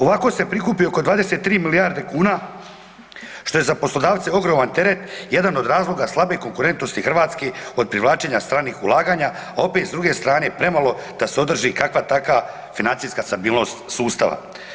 Ovako se prikupi oko 23 milijarde kuna, što je za poslodavce ogroman teret, jedan od razloga slabe konkurentnosti Hrvatske od privlačenja stranih ulaganja, a opet s druge strane premalo da se održi kakva taka financijska stabilnost sustava.